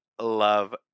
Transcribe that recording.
love